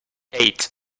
eight